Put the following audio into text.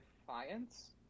Defiance